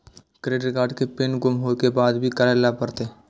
Credit card के pin गुम होय के बाद की करै ल परतै?